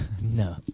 No